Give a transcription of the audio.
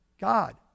God